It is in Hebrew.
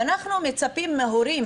ואנחנו מצפים מההורים,